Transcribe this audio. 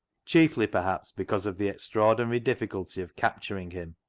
chiefly, perhaps, because of the extra ordinary difficulty of capturing him,